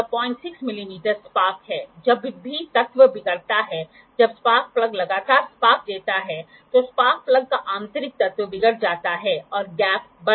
यह 06 मिमी स्पार्क है जब भी तत्व बिगड़ता है जब स्पार्क प्लग लगातार स्पार्क देता है तो स्पार्क प्लग का आंतरिक तत्व बिगड़ जाता है और गैप बढ़ जाता है